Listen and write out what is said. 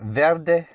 werde